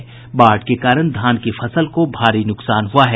वहीं बाढ़ के कारण धान की फसल को भारी नुकसान हुआ है